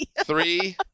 three